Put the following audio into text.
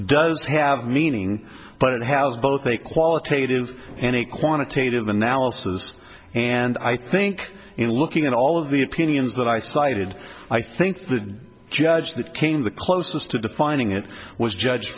does have meaning but it has both a qualitative and quantitative analysis and i think in looking at all of the opinions that i cited i think the judge that came the closest to defining it was judge